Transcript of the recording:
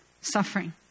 suffering